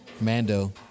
Mando